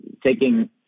taking